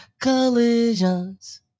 collisions